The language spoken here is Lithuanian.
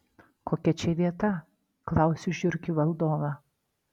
kokia čia vieta klausiu žiurkių valdovą